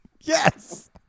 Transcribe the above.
Yes